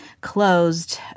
closed